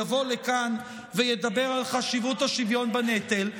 יבוא לכאן וידבר על חשיבות השוויון בנטל?